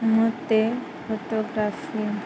ମୋତେ ଫଟୋଗ୍ରାଫି